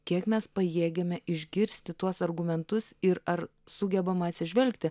kiek mes pajėgiame išgirsti tuos argumentus ir ar sugebam atsižvelgti